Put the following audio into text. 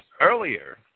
earlier